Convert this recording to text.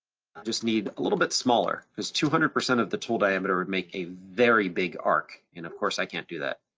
just need a little bit smaller. cause two hundred percent of the tool diameter would make a very big arc. and of course i can't do that.